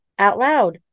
OUTLOUD